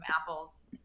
apples